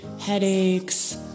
headaches